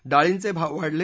डाळींचे भाव वाढले